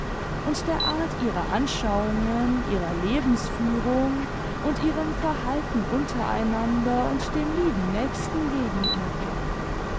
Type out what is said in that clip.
imd der art ihrer anschauimgen ihrer lebensführung imd ihrem verhalten untereinander und dem lieben nächsten gegenüber